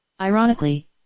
Ironically